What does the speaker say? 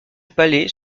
palais